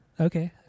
Okay